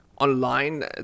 online